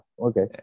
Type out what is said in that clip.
Okay